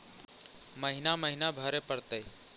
महिना महिना भरे परतैय?